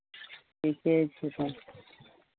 ठीके छै तब